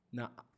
Now